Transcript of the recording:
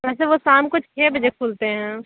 वैसे वो शाम को छः बजे खुलते हैं